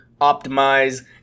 optimize